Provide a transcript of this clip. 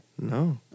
no